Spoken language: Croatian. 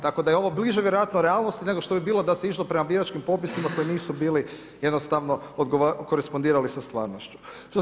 Tako da je ovo bliže vjerojatno realnosti nego što bi bilo da se išlo prema biračkim popisima koji nisu bili jednostavno korespondirali sa stvarnošću.